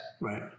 right